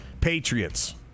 patriots